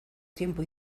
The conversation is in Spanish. tiempo